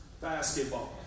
basketball